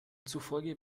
zufolge